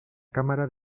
cámara